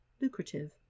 lucrative